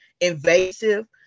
invasive